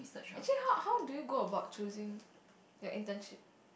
actually how how do you go about choosing the internship